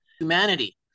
Humanity